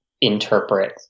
interpret